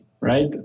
right